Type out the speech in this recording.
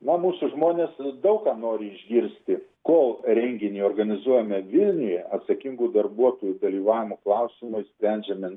na mūsų žmonės daug ką nori išgirsti kol renginį organizuojame vilniuje atsakingų darbuotojų dalyvavimo klausimai sprendžiami